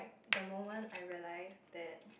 the moment I realise that